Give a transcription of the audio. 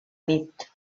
nit